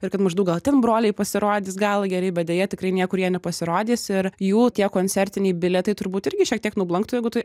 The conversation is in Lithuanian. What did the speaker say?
ir kad maždaug gal ten broliai pasirodys gal gerai bet deja tikrai niekur jie nepasirodys ir jų tie koncertiniai bilietai turbūt irgi šiek tiek nublanktų jeigu tu